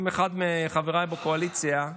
אחד מחבריי בקואליציה.